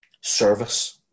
service